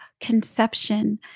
conception